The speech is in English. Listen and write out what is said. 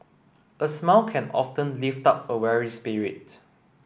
a smile can often lift up a weary spirit